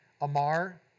Amar